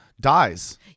dies